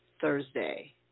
Thursday